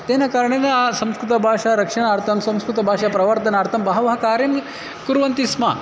तेन कारणेन संस्कृतभाषा रक्षणार्थं संस्कृतभाषा प्रवर्धनार्थं बहवः कार्यं कुर्वन्ति स्म